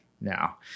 now